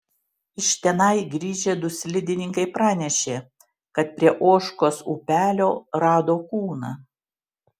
iš tenai grįžę du slidininkai pranešė kad prie ožkos upelio rado kūną